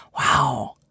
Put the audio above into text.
wow